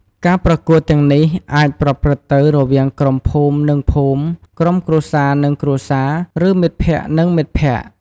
ការប្រកួតទាំងនេះអាចប្រព្រឹត្តទៅរវាងក្រុមភូមិនិងភូមិ ក្រុមគ្រួសារនិងគ្រួសារ ឬមិត្តភក្តិនិងមិត្តភក្តិ។